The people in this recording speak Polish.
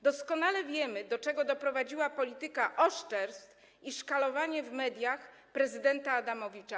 Doskonale wiemy, do czego doprowadziła polityka oszczerstw i szkalowanie w mediach prezydenta Adamowicza.